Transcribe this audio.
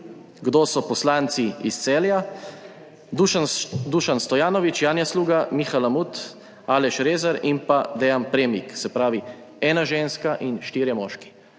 kdo so poslanci iz Celja: Dušan Stojanovič, Janja Sluga, Miha Lamut, Aleš Rezar in pa Dean Premik, se pravi, ena ženska in štirje moški.